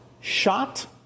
shot